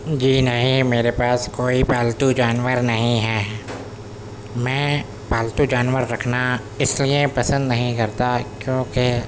جی نہیں میرے پاس کوئی پالتو جانور نہیں ہے میں پالتو جانور رکھنا اس لیے پسند نہیں کرتا کیوںکہ